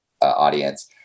audience